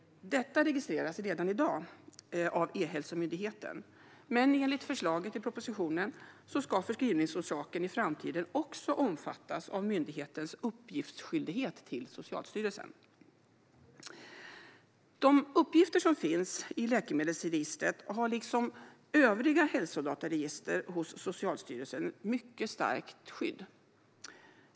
Detta registreras redan i dag av E-hälsomyndigheten, men enligt förslaget i propositionen ska förskrivningsorsaken i framtiden också omfattas av myndighetens uppgiftsskyldighet till Socialstyrelsen. De uppgifter som finns i läkemedelsregistret har liksom övriga hälsodataregister hos Socialstyrelsen ett mycket starkt skydd.